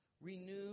Renew